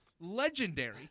legendary